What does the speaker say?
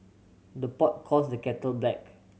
the pot calls the kettle black